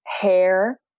hair